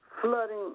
flooding